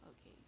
okay